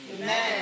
Amen